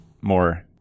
more